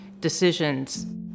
decisions